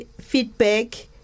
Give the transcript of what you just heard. feedback